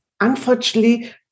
unfortunately